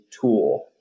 tool